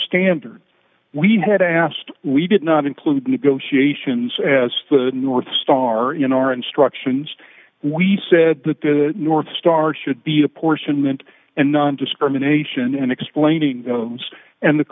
standards we had asked we did not include negotiations as the north star in our instructions we said that the north star should be apportionment and nondiscrimination in explaining this and the